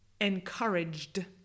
encouraged